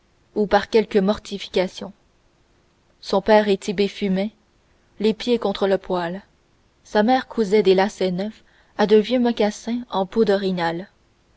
ou par quelque mortification son père et tit'bé fumaient les pieds contre le poêle sa mère cousait des lacets neufs à de vieux mocassins en peau d'orignal